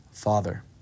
Father